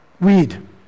Weed